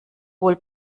wohl